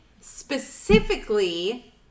specifically